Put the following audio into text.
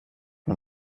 man